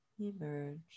emerge